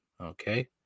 okay